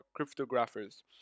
cryptographers